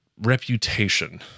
reputation